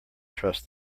trust